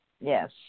yes